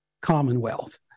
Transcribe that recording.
commonwealth